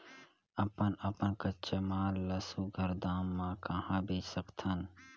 हमन अपन कच्चा माल ल सुघ्घर दाम म कहा बेच सकथन?